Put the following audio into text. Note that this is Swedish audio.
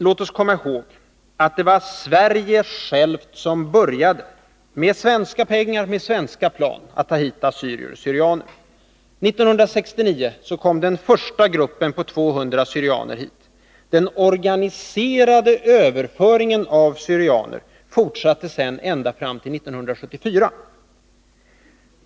Låt oss komma ihåg att det var Sverige självt som började — med svenska pengar och svenska plan — att ta hit assyrier och syrianer. År 1969 kom den första gruppen på 200 syrianer hit. Den organiserade överföringen av syrianer fortsatte sedan ända fram till 1974.